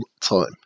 time